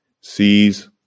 sees